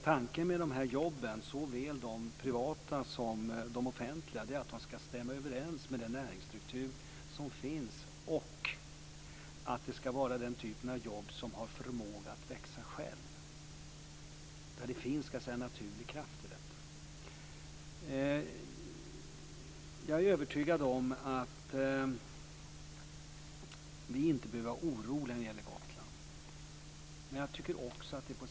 Tanken med dessa jobb - såväl de privata som de offentliga - är att de ska stämma överens med den näringsstruktur som finns och att det ska vara den typen av jobb som har förmåga att växa av sig själva. Det ska finnas en naturlig kraft i detta. Jag är övertygad om att vi inte behöver vara oroliga i fråga om Gotland.